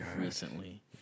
recently